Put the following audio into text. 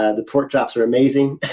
and the pork chops are amazing,